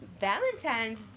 valentine's